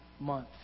month